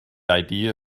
idea